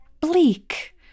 bleak